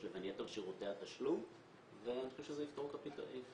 לבין יתר שירותי התשלום ואני חושב שזה יפתור את הבעיה.